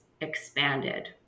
expanded